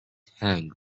hang